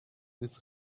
this